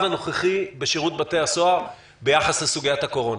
הנוכחי בשירות בתי הסוהר ביחס לסוגיית הקורונה.